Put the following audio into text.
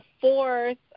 fourth